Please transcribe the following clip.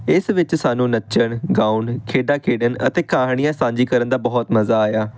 ਇਸ ਵਿੱਚ ਸਾਨੂੰ ਨੱਚਣ ਗਾਉਣ ਖੇਡਾਂ ਖੇਡਣ ਅਤੇ ਕਹਾਣੀਆਂ ਸਾਂਝੀ ਕਰਨ ਦਾ ਬਹੁਤ ਮਜ਼ਾ ਆਇਆ